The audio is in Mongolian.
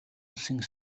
улсын